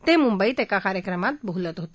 ते मुंबईत एका कार्यक्रमात बोलत होते